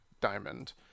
Diamond